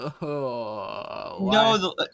No